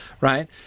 right